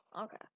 okay